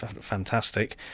fantastic